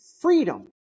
freedom